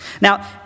Now